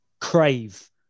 crave